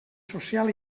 social